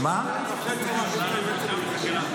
--- את היועצת המשפטית.